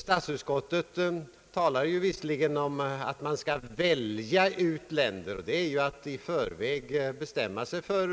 Statsutskottet talar visserligen om att man skall »välja ut» länder, och det är ju att i förväg bestämma sig för